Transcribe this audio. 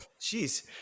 Jeez